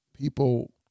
people